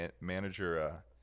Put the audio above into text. manager